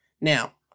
Now